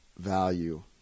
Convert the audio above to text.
value